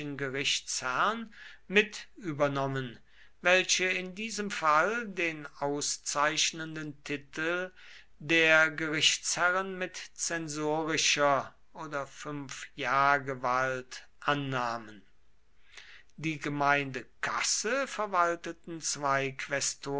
gerichtsherren mit übernommen welche in diesem fall den auszeichnenden titel der gerichtsherren mit zensorischer oder fünfjahrgewalt annahmen die gemeindekasse verwalteten zwei